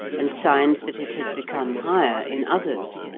and signs that it has become higher in others,